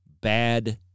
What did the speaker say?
bad